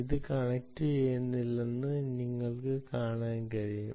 അത് കണക്റ്റുചെയ്യുന്നില്ലെന്ന് നിങ്ങൾക്ക് കാണാൻ കഴിയും